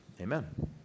amen